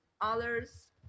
others